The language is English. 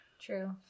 True